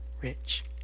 rich